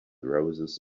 roses